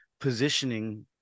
positioning